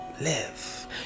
live